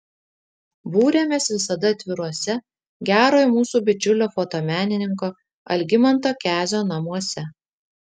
būrėmės visada atviruose gerojo mūsų bičiulio fotomenininko algimanto kezio namuose